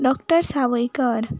doctor Sawaikar